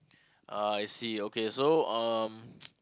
ah I see okay so um